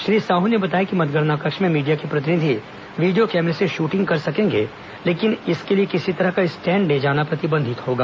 श्री साहू ने बताया कि मतगणना कक्ष में मीडिया के प्रतिनिधि वीडियो कैमरे से शूटिंग कर सकेंगे लेकिन इसके लिए किसी तरह का स्टैंड ले जाना प्रतिबंधित होगा